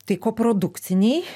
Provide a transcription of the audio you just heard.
tai koprodukciniai